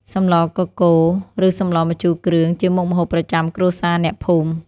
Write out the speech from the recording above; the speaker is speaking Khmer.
សម្លកកូរ ឬសម្លម្ជូរគ្រឿង ជាមុខម្ហូបប្រចាំគ្រួសារអ្នកភូមិ។